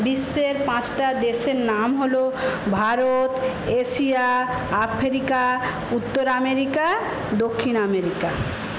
বিশ্বের পাঁচটা দেশের নাম হল ভারত এশিয়া আফ্রিকা উত্তর আমেরিকা দক্ষিণ আমেরিকা